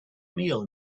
meal